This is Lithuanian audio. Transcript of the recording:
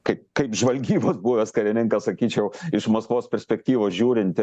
kaip kaip žvalgybos buvęs karininkas sakyčiau iš maskvos perspektyvos žiūrint